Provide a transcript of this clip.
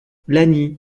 lagny